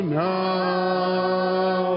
now